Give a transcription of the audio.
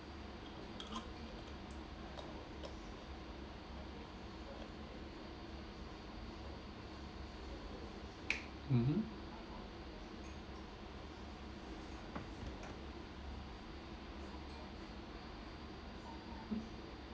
mmhmm